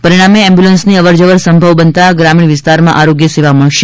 પરિણામે એમ્બ્યુન્સની અવરજવર સંભવ બનતા ગ્રામીણ વિસ્તારમાં આરોગ્ય સેવા મળશે